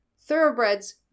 Thoroughbreds